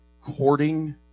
courting